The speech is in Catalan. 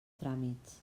tràmits